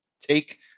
take